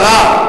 גברתי השרה.